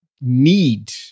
need